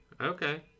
okay